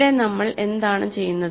ഇവിടെനമ്മൾ എന്താണ് ചെയ്യുന്നത്